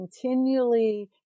continually